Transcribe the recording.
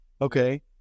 Okay